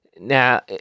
Now